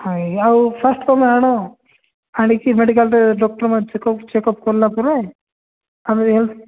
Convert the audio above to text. ହଏ ଆଉ ଫାଷ୍ଟ୍ ତମେ ଆଣ ଆଣିକି ମେଡ଼ିକାଲ୍ରେ ଡକ୍ଟର୍ମାନେ ଚେକପ୍ ଚେକପ୍ କରିଲା ପରେ ଆମେ ହେଲ୍ପ୍